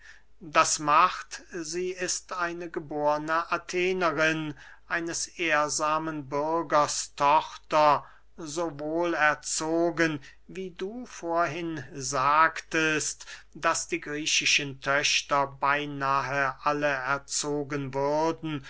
das macht sie ist eine geborne athenerin eines ehrsamen bürgers tochter so wohl erzogen wie du vorhin sagtest daß die griechischen töchter beynah alle erzogen würden